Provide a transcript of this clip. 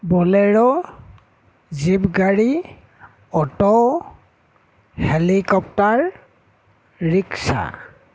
বলেৰ' জীপগাড়ী auto helicopter rickshaw